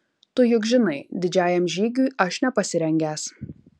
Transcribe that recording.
tu juk žinai didžiajam žygiui aš nepasirengęs